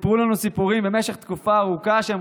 במשך תקופה הם סיפרו לנו סיפורים ארוכה שהם